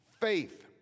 faith